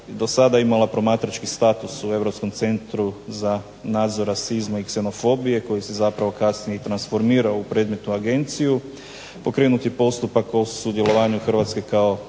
do sada imala promatrački status u europskom centru za nadzor rasizma i ksenofobije, koji se zapravo kasnije i transformirao u predmetnu agenciju, pokrenut je postupak o sudjelovanju Hrvatske kao